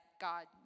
God